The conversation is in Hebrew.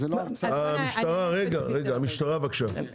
בבקשה,